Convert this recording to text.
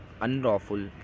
unlawful